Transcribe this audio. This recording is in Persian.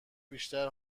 بیشتر